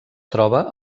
troba